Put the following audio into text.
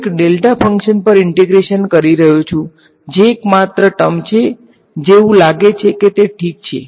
હું એક delta function પર ઈંટેગ્રેશન કરી રહ્યો છું જે એકમાત્ર ટર્મ છે જે એવું લાગે છે કે તે ઠીક છે